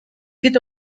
geht